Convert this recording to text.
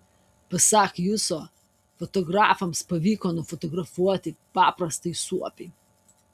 pasak juso fotografams pavyko nufotografuoti paprastąjį suopį